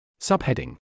Subheading